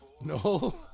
No